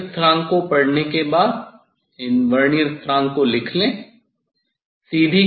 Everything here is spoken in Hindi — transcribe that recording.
वर्नियर स्थिरांक को पढ़ने के बाद इन वर्नियर स्थिरांक को लिख लें